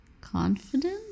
confident